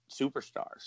superstars